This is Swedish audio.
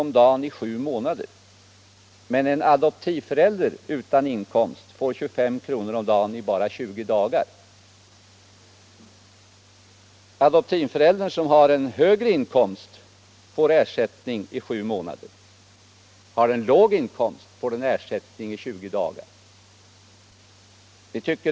om dagen i sju månader medan en adoptivförälder utan inkomst får 25 kr. om dagen i bara 20 dagar. En adoptivförälder som har en högre inkomst får ersättning i sju månader, men vid låg inkomst utgår ersättning i bara 20 dagar.